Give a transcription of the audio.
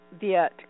Viet